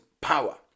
power